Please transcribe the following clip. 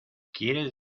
quieres